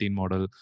model